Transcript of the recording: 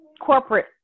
corporate